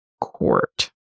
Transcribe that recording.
court